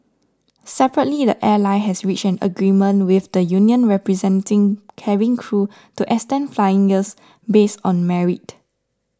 separately the airline has reached an agreement with the union representing cabin crew to extend flying years based on merit